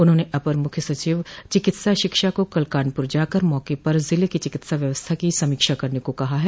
उन्होंने अपर मुख्य सचिव चिकित्सा शिक्षा को कल कानपुर जाकर मौके पर जिले की चिकित्सा व्यवस्था की समीक्षा करने को कहा है